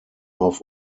auf